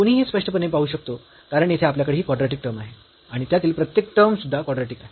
कोणीही हे स्पष्टपणे पाहू शकतो कारण येथे आपल्याकडे ही कॉड्रॅटिक टर्म आहे आणि त्यातील प्रत्येक टर्म सुद्धा कॉड्रॅटिक आहे